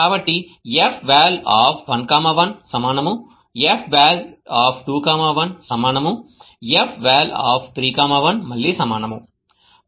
కాబట్టి fval 1 1 సమానం fval 2 1 సమానం fval 31 మళ్ళీ సమానం